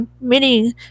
meaning